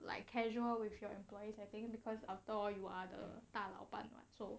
like casual with your employees I think because after all you are the 大老板 mah so